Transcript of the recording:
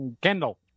kendall